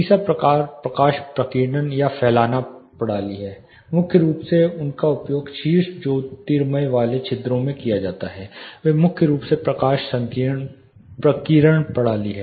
तीसरा प्रकार प्रकाश प्रकीर्णन या फैलाना प्रणाली है मुख्य रूप से उनका उपयोग शीर्ष ज्योतिर्मय वाले छिद्रों में किया जाता है वे मुख्य रूप से प्रकाश प्रकीर्णन प्रणाली हैं